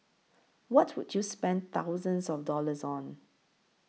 what would you spend thousands of dollars on